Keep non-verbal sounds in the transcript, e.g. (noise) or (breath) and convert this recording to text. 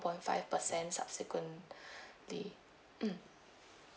point five percent subsequent~ (breath) ~ ly mm